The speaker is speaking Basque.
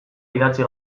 idatzi